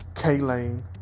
K-Lane